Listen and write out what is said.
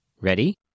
Ready